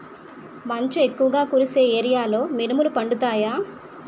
మంచు ఎక్కువుగా కురిసే ఏరియాలో మినుములు పండుతాయా?